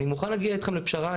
אני מוכן להגיע אתכם לפשרה,